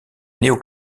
néo